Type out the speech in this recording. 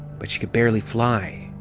but she could barely fly!